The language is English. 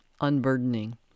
unburdening